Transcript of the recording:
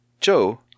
Joe